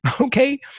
okay